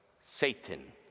Satan